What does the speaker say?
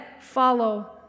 follow